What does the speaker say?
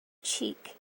cheek